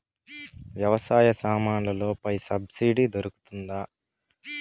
వ్యవసాయ సామాన్లలో పై సబ్సిడి దొరుకుతుందా?